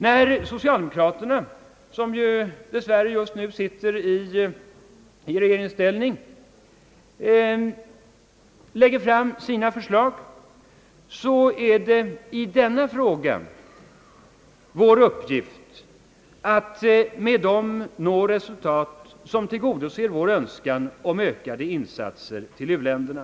När socialdemokraterna, som dess värre just nu sitter i regeringsställning, lägger fram sina förslag, är det i denna fråga vår uppgift att med dem nå resultat, som tillgodoser vår önskan om ökade insatser till u-länderna.